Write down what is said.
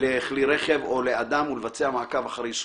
לכלי רכב או לאדם ולבצע מעקב אחר יישומם,